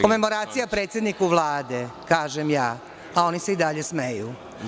Komemoracija predsedniku Vlade, kažem ja, a oni se i dalje smeju.